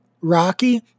Rocky